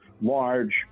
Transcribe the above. large